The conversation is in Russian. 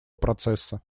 процесса